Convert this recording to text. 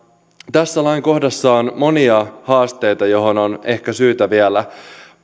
tässä lainkohdassa on monia haasteita joihin on ehkä syytä vielä